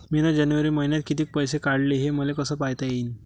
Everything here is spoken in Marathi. मिन जनवरी मईन्यात कितीक पैसे काढले, हे मले कस पायता येईन?